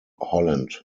holland